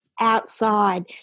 outside